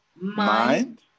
mind